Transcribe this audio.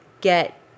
get